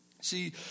See